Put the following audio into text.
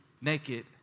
naked